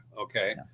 okay